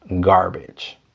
garbage